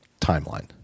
timeline